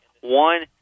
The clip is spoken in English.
One